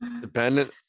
Dependent –